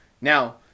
Now